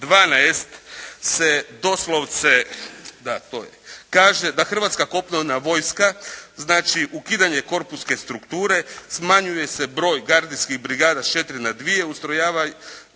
12 se doslovce kaže da Hrvatska kopnena vojska, znači ukidanje korpuske strukture, smanjuje se broj gardijskih brigada s 4 na 2, ustrojava